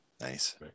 Nice